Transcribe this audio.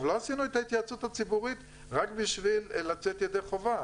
לא עשינו את ההתייעצות הציבורית רק בשביל לצאת ידי חובה.